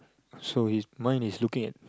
so he's mine is looking at